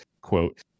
quote